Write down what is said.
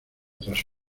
tras